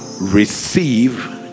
Receive